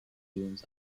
dunes